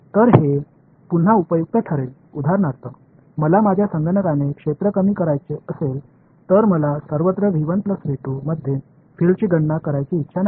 तर हे पुन्हा उपयुक्त ठरेल उदाहरणार्थ मला माझ्या संगणनाचे क्षेत्र कमी करायचे असेल तर मला सर्वत्र मध्ये फील्ड्सची गणना करायची इच्छा नाही